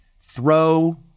throw